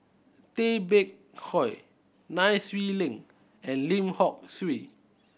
Tay Bak Koi Nai Swee Leng and Lim Hock Siew